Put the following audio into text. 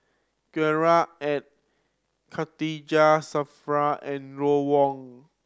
Gerard Ee Khatijah Surattee and Ron Wong